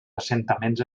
assentaments